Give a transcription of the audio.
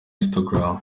instagram